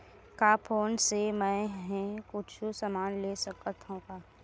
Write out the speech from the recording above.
का फोन से मै हे कुछु समान ले सकत हाव का?